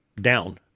down